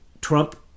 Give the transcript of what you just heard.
Trump